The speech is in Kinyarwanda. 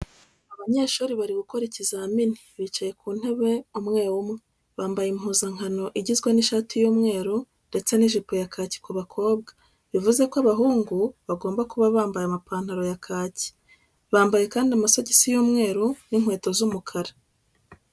Abanyeshuri bari gukora ikizamini, bicaye ku ntebe umwe umwe. Bambaye impuzankano igizwe n'ishati y'umweru ndetse n'ijipo ya kaki ku bakobwa, bivuze ko abahungu bagomba kuba bambaye amapantaro ya kaki. Bambaye kandi amasogisi y'umweru n'inkweto z'umukara.